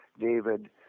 David